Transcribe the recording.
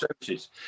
Services